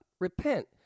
repent